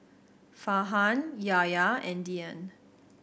Farhan Yahya and Dian